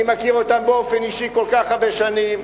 אני מכיר אותם באופן אישי כל כך הרבה שנים,